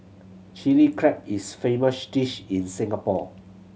Chilli Crab is a famous dish in Singapore